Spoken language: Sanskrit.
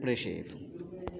प्रेषयतु